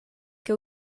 che